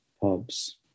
Pubs